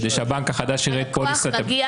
כדי שהבנק החדש יראה את פוליסת --- לקוח מגיע